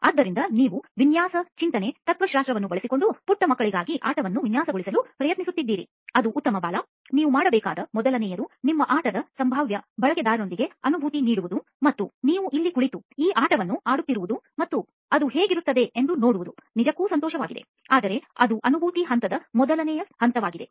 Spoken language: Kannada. ಆದ್ದರಿಂದ ನೀವು ವಿನ್ಯಾಸ ಚಿಂತನೆ ತತ್ವಶಾಸ್ತ್ರವನ್ನು ಬಳಸಿಕೊಂಡು ಪುಟ್ಟ ಮಕ್ಕಳಿಗಾಗಿ ಆಟವನ್ನು ವಿನ್ಯಾಸಗೊಳಿಸಲು ಪ್ರಯತ್ನಿಸುತ್ತಿದ್ದೀರಿ ಅದು ಉತ್ತಮ ಬಾಲಾ ನೀವು ಮಾಡಬೇಕಾದ ಮೊದಲನೆಯದು ನಿಮ್ಮ ಆಟದ ಸಂಭಾವ್ಯ ಬಳಕೆದಾರರೊಂದಿಗೆ ಅನುಭೂತಿ ನೀಡುವುದು ಮತ್ತು ನೀವು ಇಲ್ಲಿ ಕುಳಿತು ಈ ಆಟವನ್ನು ಆಡುತ್ತಿರುವುದು ಮತ್ತು ಅದು ಹೇಗಿರುತ್ತದೆ ಎಂದು ನೋಡುವುದು ನಿಜಕ್ಕೂ ಸಂತೋಷವಾಗಿದೆ ಆದರೆ ಅದು ಅನುಭೂತಿ ಹಂತದ ಮೊದಲ ಹಂತವಾಗಿದೆ